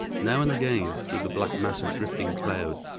now and again, through the black mass of drifting cloud,